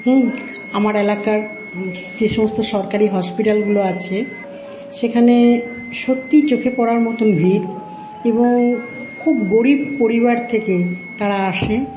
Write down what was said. আমার এলাকার যে সমস্ত সরকারি হসপিটালগুলো আছে সেখানে সত্যিই চোখে পড়ার মতন ভিড় এবং খুব গরিব পরিবার থেকে তারা আসে